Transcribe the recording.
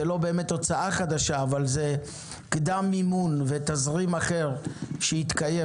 זה לא באמת הוצאה חדשה אבל זה קדם מימון ותזרים אחר שיתקיים